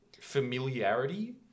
familiarity